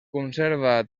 conserva